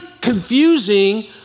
confusing